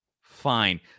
Fine